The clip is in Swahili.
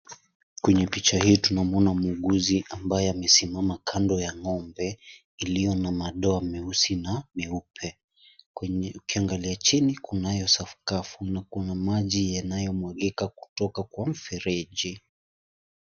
Kwenye picha hii tunamwona muuguzi ambaye amesimama kando ya ng'ombe iliyo na madoa meusi na meupe, ukiangalia chini kunayo sakafu na maji yanayomwagika kutoka kwa mfereji.